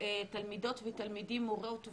תלמידות ותלמידים, מורות ומורים,